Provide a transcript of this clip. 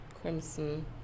crimson